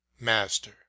MASTER